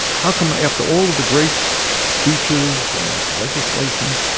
how come ah after all of the great speeches and legislation,